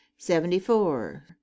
Seventy-four